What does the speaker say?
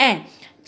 ऐं